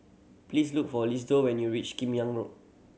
please look for Isidore when you reach Kim Yam Road